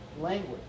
language